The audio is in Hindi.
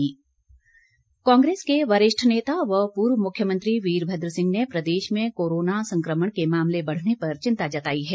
वीरमद्र कांग्रेस के वरिष्ठ नेता व पूर्व मुख्यमंत्री वीरमद्र सिंह ने प्रदेश में कोरोना संक्रमण के मामले बढ़ने पर चिंता जताई है